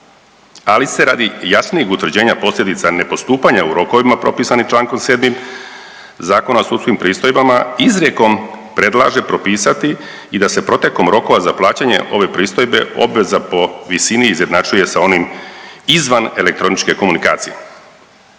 Ali se radi jasnijih utvrđenja posljedica nepostupanja u rokovima propisanih člankom 7. Zakona o sudskim pristojbama izrijekom predlaže propisati i da se protekom rokova za plaćanje ove pristojbe obveza po visini izjednačuje sa onim izvan elektroničke komunikacije.